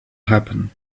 happen